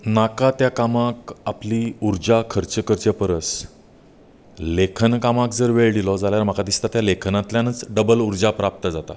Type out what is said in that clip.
नाका त्या कामाक आपली उर्जा खर्च करच्या परस लेखन कामाक जर वेळ दिलो जाल्यार म्हाका दिसतां लेखनांतल्यानच डब्बल उर्जा प्राप्त जाता